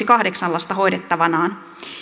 kahdeksan lasta hoidettavanaan